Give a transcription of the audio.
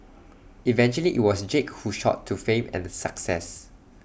eventually IT was Jake who shot to fame and success